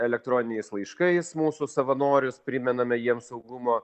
elektroniniais laiškais mūsų savanorius primename jiems saugumo